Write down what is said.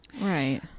Right